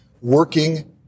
working